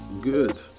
good